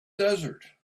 desert